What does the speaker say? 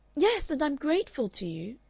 yes. and i am grateful to you.